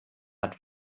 hat